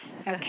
Okay